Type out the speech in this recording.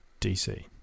DC